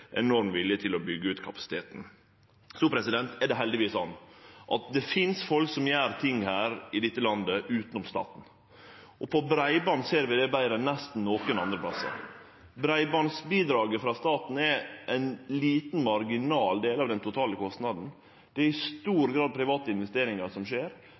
enorm vilje til å byggje ut kapasiteten. Det er heldigvis slik at det finst folk som gjer ting her i landet utanom staten. På breiband ser vi det betre enn nesten nokon andre plassar. Bidraget til breiband frå staten er ein liten, marginal del av den totale kostnaden. Private investeringar skjer i stor grad, og skjer